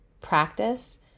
practice